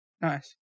Nice